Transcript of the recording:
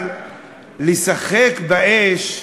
אבל לשחק באש,